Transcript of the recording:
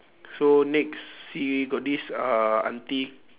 so next see got this uh aunty